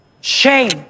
shame